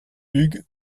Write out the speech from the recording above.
hugues